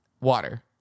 Water